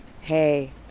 hey